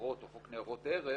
החברות או חוק ניירות ערך